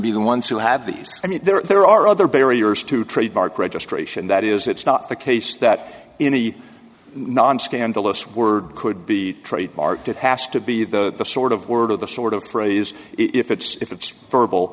be the ones who have these i mean there are other barriers to trademark registration that is it's not the case that in the non scandalous word could be trademarked it has to be the sort of word of the sort of phrase if it's if it's verbal